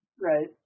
Right